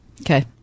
Okay